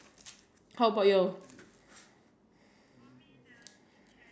I think they say rose water if you buy that the real the real rose